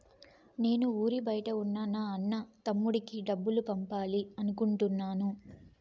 నేను ఊరి బయట ఉన్న నా అన్న, తమ్ముడికి డబ్బులు పంపాలి అనుకుంటున్నాను